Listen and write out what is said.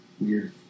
weird